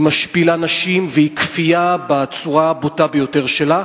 היא משפילה נשים והיא כפייה בצורה הבוטה ביותר שלה.